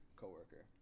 coworker